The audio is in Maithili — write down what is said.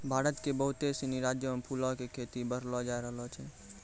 भारत के बहुते सिनी राज्यो मे फूलो के खेती बढ़लो जाय रहलो छै